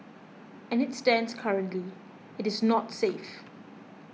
as it stands currently it is not safe